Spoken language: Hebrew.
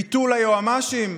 ביטול היועמ"שים.